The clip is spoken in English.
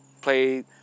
Played